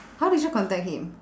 how did you contact him